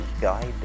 guide